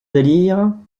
délire